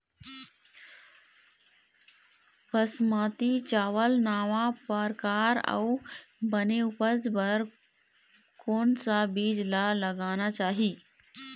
बासमती चावल नावा परकार अऊ बने उपज बर कोन सा बीज ला लगाना चाही?